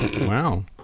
Wow